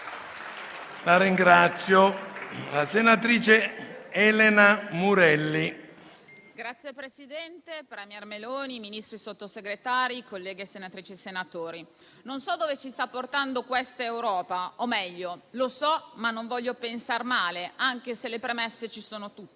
apre una nuova finestra") *(LSP-PSd'Az)*. Signor Presidente, *premier* Meloni, Ministri, Sottosegretari, colleghe senatrici e senatori, non so dove ci sta portando questa Europa; o meglio, lo so, ma non voglio pensar male, anche se le premesse ci sono tutte.